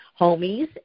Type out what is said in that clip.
homies